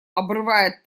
обрывает